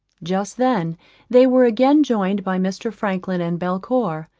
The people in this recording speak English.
just then they were again joined by mr. franklin and belcour.